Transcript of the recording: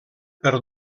per